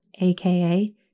aka